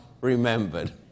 remembered